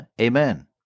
amen